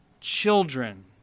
children